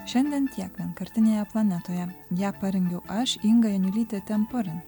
šiandien tiek vienkartinėje planetoje ją parengiau aš inga janiulytė temporin